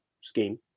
scheme